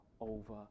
over